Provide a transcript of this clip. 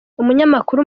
umunyamakuru